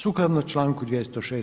Sukladno članku 206.